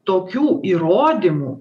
tokių įrodymų